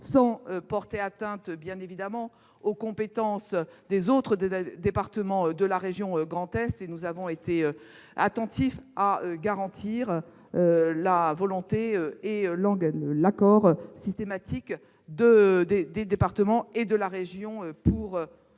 sans pour autant porter atteinte aux compétences des autres départements de la région Grand Est. Nous avons été attentifs à garantir la volonté et l'accord systématique des départements et de la région, pour